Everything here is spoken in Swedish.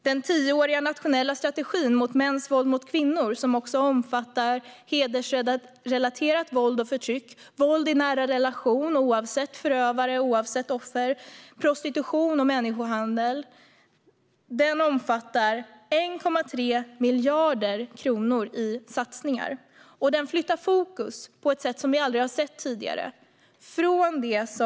Den tioåriga nationella strategin mot mäns våld mot kvinnor, som även omfattar hedersrelaterat våld och förtryck, våld i nära relationer, oavsett förövare och offer, samt prostitution och människohandel, innebär satsningar på 1,3 miljarder kronor. Den flyttar fokus på ett sätt som vi aldrig har sett tidigare.